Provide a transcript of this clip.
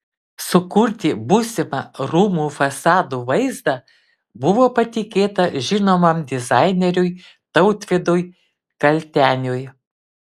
sukurti būsimą rūmų fasadų vaizdą buvo patikėta žinomam dizaineriui tautvydui kalteniui